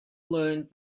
learned